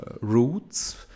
roots